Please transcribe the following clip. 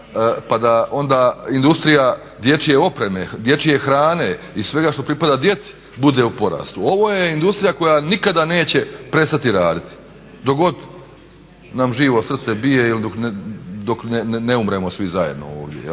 pa da onda industrija dječje opreme, dječje hrane i svega što pripada djeci bude u porastu. Ovo je industrija koja nikada neće prestati raditi dok god nam živo srce bije ili dok ne umremo svi zajedno ovdje.